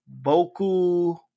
Boku